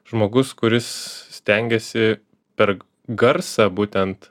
žmogus kuris stengiasi per garsą būtent